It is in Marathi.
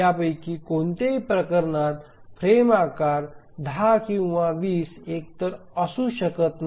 यापैकी कोणत्याही प्रकरणात फ्रेम आकार 10 किंवा 20 एकतर असू शकत नाही